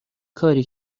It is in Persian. کاری